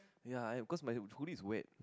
ya I because my hoodie is wet